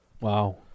Wow